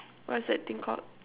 what's that thing called